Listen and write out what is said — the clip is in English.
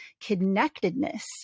connectedness